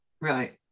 Right